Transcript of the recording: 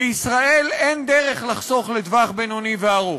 בישראל אין דרך לחסוך לטווח בינוני וארוך.